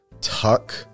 Tuck